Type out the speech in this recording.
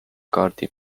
kaardi